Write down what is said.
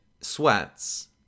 sweats